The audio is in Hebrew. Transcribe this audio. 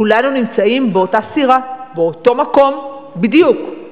כולנו נמצאים באותה סירה, באותו מקום בדיוק.